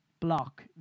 block